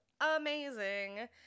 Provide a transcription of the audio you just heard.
amazing